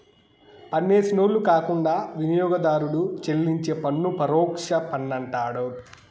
పన్నేసినోళ్లు కాకుండా వినియోగదారుడు చెల్లించే పన్ను పరోక్ష పన్నంటండారు